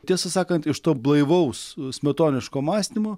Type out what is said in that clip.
tiesą sakant iš to blaivaus smetoniško mąstymo